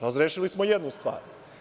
Razrešili smo jednu stvar.